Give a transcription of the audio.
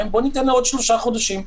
ניתן לעוד שלושה חודשים.